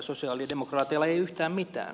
ei yhtään mitään